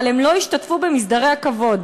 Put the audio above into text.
אבל הם לא ישתתפו במסדרי הכבוד.